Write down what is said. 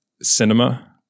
cinema